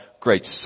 great